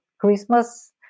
Christmas